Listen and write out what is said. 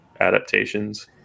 adaptations